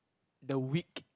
the week